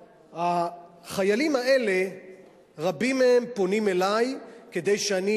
רבים מהחיילים האלה פונים אלי כדי שאני